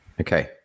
Okay